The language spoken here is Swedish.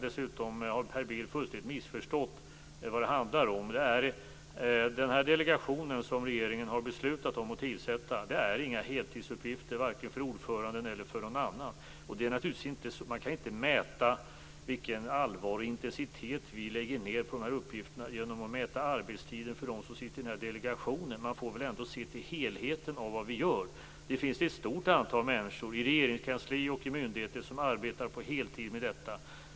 Dessutom har Per Bill fullständigt missförstått vad det handlar om. Delegationen som regeringen har beslutat att tillsätta innebär inga heltidsuppgifter för vare sig ordföranden eller någon annan. Naturligtvis kan man inte mäta vilket allvar och vilken intensitet regeringen lägger ned på dessa uppgifter genom att mäta arbetstiden för dem som sitter i delegationen. Man får väl ändå se till helheten av vad som görs! Det finns ett stort antal människor i Regeringskansliet och på myndigheter som arbetar på heltid med detta.